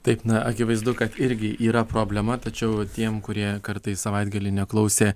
taip na akivaizdu kad irgi yra problema tačiau tiem kurie kartą į savaitgalį neklausė